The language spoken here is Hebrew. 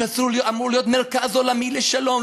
שאמור להיות מרכז עולמי לשלום,